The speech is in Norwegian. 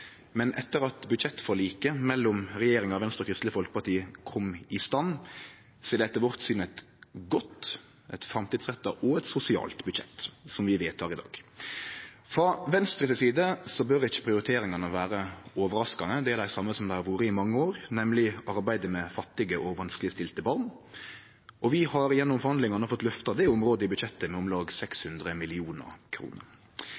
men etter at budsjettforliket mellom regjeringa, Venstre og Kristeleg Folkeparti kom i stand, er det etter vårt syn eit godt, framtidsretta og sosialt budsjett som vi vedtek i dag. Frå Venstre si side bør ikkje prioriteringane vere overraskande, det er dei same som dei har vore i mange år, nemleg arbeidet for fattige og vanskelegstilte barn. Vi har gjennom forhandlingane fått løfta det området i budsjettet med